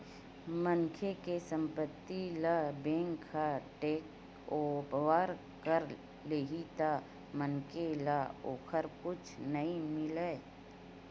मनखे के संपत्ति ल बेंक ह टेकओवर कर लेही त मनखे ल ओखर कुछु नइ मिलय